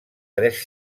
tres